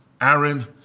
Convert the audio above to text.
Aaron